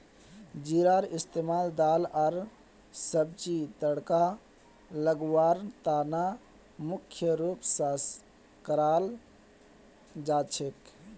जीरार इस्तमाल दाल आर सब्जीक तड़का लगव्वार त न मुख्य रूप स कराल जा छेक